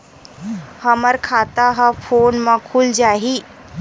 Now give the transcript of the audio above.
हमर खाता ह फोन मा खुल जाही?